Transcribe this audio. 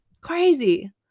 Crazy